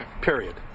period